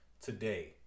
today